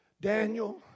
Daniel